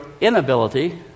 inability